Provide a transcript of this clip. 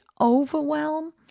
overwhelm